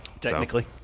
Technically